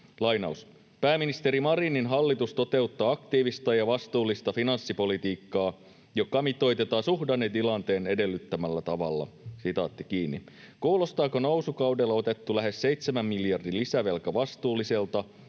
aluksi: ”Pääministeri Marinin hallitus toteuttaa aktiivista ja vastuullista finanssipolitiikkaa, joka mitoitetaan suhdannetilanteen edellyttämällä tavalla.” Kuulostaako nousukaudella otettu lähes 7 miljardin lisävelka vastuulliselta